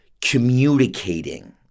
communicating